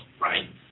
right